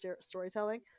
storytelling